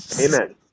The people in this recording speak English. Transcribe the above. Amen